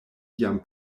jam